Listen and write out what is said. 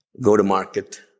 go-to-market